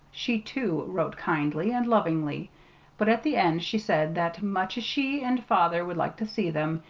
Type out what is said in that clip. she, too, wrote kindly and lovingly but at the end she said that much as she and father would like to see them,